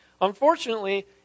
unfortunately